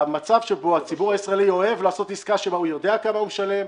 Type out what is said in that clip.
המצב שבו הציבור הישראלי אוהב לעשות עסקה שבה הוא יודע כמה הוא משלם,